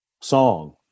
song